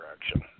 direction